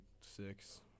six